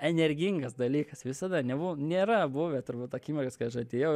energingas dalykas visada nebuvo nėra buvę turbūt akimirkos kai aš atėjau